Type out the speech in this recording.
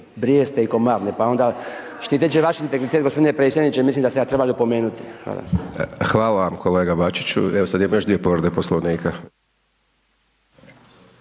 Hvala kolega Dončiću, evo sada imamo još 2 povrede poslovnika,